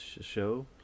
show